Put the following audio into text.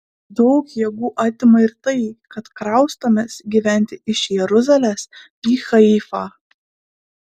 daug jėgų atima ir tai kad kraustomės gyventi iš jeruzalės į haifą